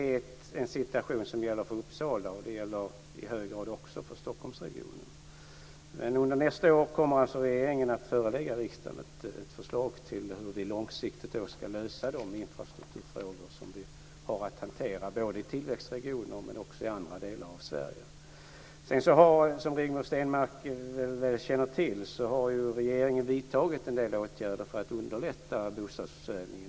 Den situationen gäller för Uppsala och i hög grad också för Stockholmsregionen. Regeringen kommer alltså under nästa år att lägga fram ett förslag till långsiktig lösning av de infrastrukturfrågor som vi har att hantera både i tillväxtregioner och i andra delar av Sverige. Som Rigmor Stenmark mycket väl känner till har regeringen också vidtagit en del åtgärder för att underlätta bostadssituationen.